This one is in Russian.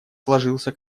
сложился